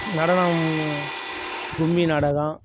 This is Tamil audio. நடனம் கும்மி நடனம்